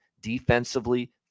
defensively